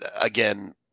Again